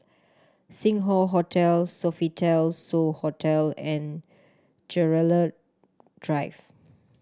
Sing Hoe Hotel Sofitel So Hotel and Gerald Drive